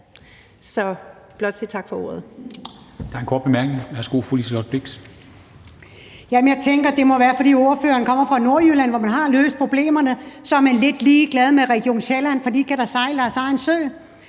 vil blot sige tak for ordet.